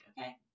Okay